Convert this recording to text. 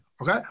okay